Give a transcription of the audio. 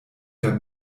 der